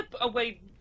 away